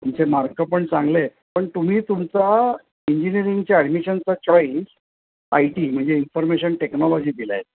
तुमचे मार्क पण चांगले आहेत पण तुम्ही तुमचा इंजिनिअरिंगच्या ॲडमिशनचा चॉईस आय टी म्हणजे इन्फर्मेशन टेक्नॉलॉजी दिला आहे